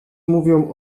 mówią